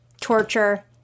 torture